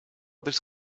this